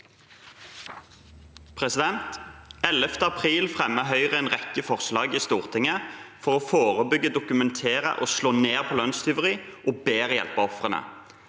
Den 11. april fremmet Høyre en rekke forslag i Stortinget for å forebygge, dokumentere og slå ned på lønnstyveri og bedre hjelpe ofrene.